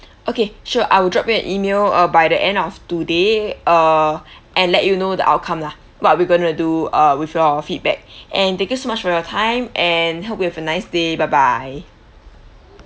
okay sure I will drop you an email uh by the end of today uh and let you know the outcome lah what we are going to do uh with your feedback and thank you so much for your time and hope you have a nice day bye bye